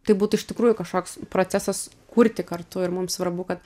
tai būtų iš tikrųjų kažkoks procesas kurti kartu ir mums svarbu kad